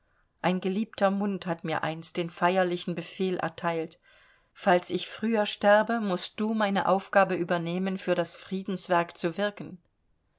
ein geliebter mund hat mir einst den feierlichen befehl erteilt falls ich früher sterbe mußt du meine aufgabe übernehmen für das friedenswerk zu wirken